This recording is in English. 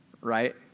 right